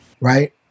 Right